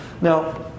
Now